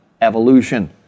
evolution